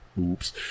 oops